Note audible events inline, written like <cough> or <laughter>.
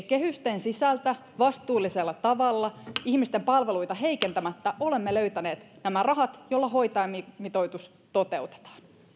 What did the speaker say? <unintelligible> kehysten sisältä vastuullisella tavalla ihmisten palveluita heikentämättä olemme löytäneet nämä rahat joilla hoitajamitoitus toteutetaan